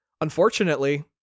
Unfortunately